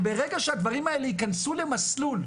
וברגע שהדברים האלה ייכנסו למסלול,